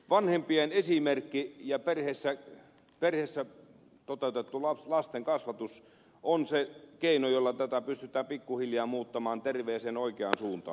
vanhempien esimerkki ja perheessä toteutettu lastenkasvatus on se keino jolla tätä pystytään pikkuhiljaa muuttamaan terveeseen oikeaan suuntaan